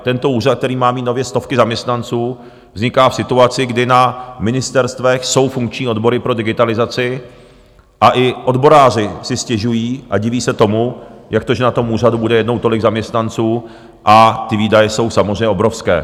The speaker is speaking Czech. Tento úřad, který má mít nově stovky zaměstnanců, vzniká v situaci, kdy na ministerstvech jsou funkční odbory pro digitalizaci, a i odboráři si stěžují a diví se tomu, jak to, že na tom úřadu bude jednou tolik zaměstnanců, a ty výdaje jsou samozřejmě obrovské.